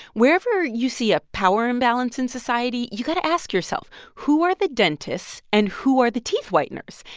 wherever you see a power imbalance in society, you got to ask yourself, who are the dentists, and who are the teeth whiteners?